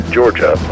Georgia